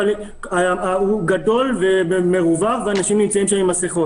אבל הוא גדול ומרווח ואנשים נמצאים שם עם מסכות.